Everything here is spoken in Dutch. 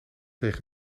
tegen